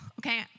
okay